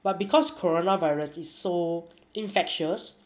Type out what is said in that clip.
but because coronavirus is so infectious